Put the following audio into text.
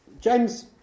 James